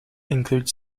include